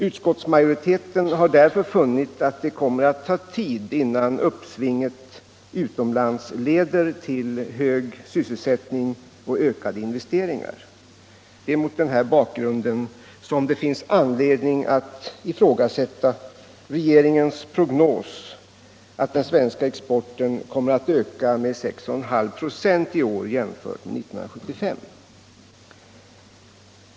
Utskottsmajoriteten har därför funnit att det kommer att ta tid innan uppsvinget utomlands leder till hög sysselsättning och ökade investeringar. Mot denna bakgrund finns det anledning att ifrågasätta regeringens prognos att den svenska exporten kommer att öka med 6,5 ". i år jämfört med 1975.